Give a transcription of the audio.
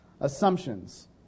assumptions